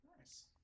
Nice